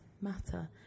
matter